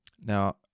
Now